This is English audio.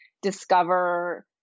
discover